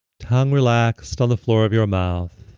tongue relaxed on the floor of your mouth